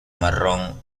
marrón